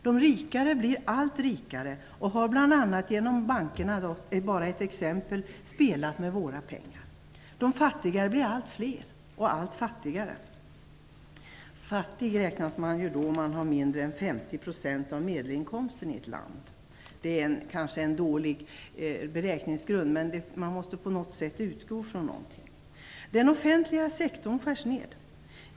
De rika blir allt rikare och har bl.a. genom bankerna - det är bara ett exempel - spelat med våra pengar. De fattiga blir allt fler och allt fattigare. Som fattig räknas man i EU om man har mindre än 50 % av medelinkomsten i ett land. Det är kanske en dålig beräkningsgrund, men vi måste utgå från någonting. Den offentliga sektorn skärs ned.